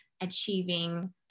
achieving